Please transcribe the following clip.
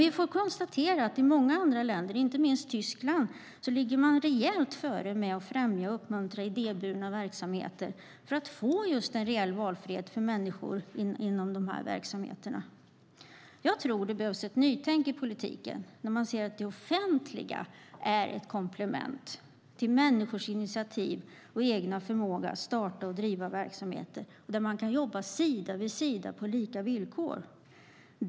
Vi får konstatera att i många andra länder, inte minst i Tyskland, ligger man rejält före när det gäller att främja och uppmuntra idéburna verksamheter för att få just en reell valfrihet för människor inom de här verksamheterna. Jag tror att det behövs ett nytänk i politiken där man ser att det offentliga är ett komplement till människors initiativ och egna förmåga att starta och driva verksamheter, där man jobbar sida vid sida på lika villkor.